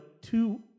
two